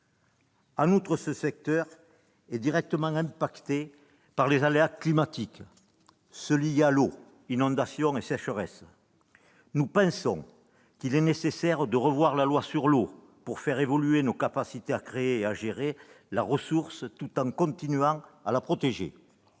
En outre, ce secteur est directement affecté par les aléas climatiques, ceux qui sont liés à l'eau, c'est-à-dire les inondations et la sécheresse. Nous pensons qu'il est nécessaire de revoir la loi sur l'eau, pour faire évoluer nos capacités à créer et à gérer la ressource, tout en continuant à la protéger.